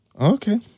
Okay